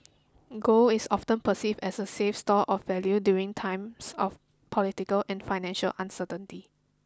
gold is often perceived as a safe store of value during times of political and financial uncertainty